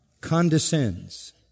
condescends